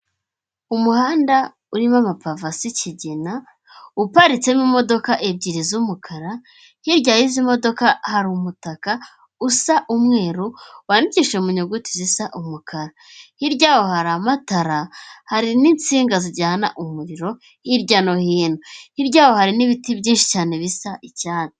Umuhanda urimo amapave asa ikigina uparitsemo imodoka ebyiri z'umukara hirya y'izi modoka hari umutaka usa umweru wandikishije mu nyuguti zisa umukara, hirya aho hari amatara hari n'insinga zijyana umuriro hirya no hino. Hirya yaho hari n'ibiti byinshi cyane bisa icyatsi.